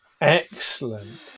Excellent